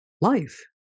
life